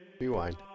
Rewind